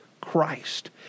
Christ